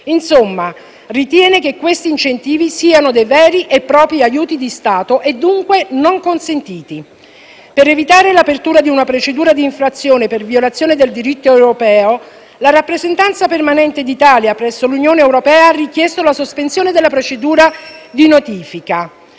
Insomma, essa ritiene che questi incentivi siano dei veri e propri aiuti di Stato e dunque non consentiti. Per evitare l'apertura di una procedura di infrazione per violazione del diritto europeo, la rappresentanza permanente d'Italia presso l'Unione europea ha richiesto la sospensione della procedura di notifica.